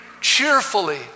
cheerfully